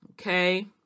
okay